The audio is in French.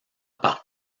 par